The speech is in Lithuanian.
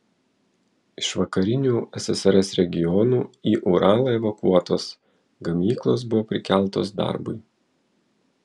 iš vakarinių ssrs regionų į uralą evakuotos gamyklos buvo prikeltos darbui